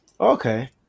Okay